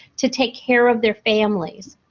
to take care of their families.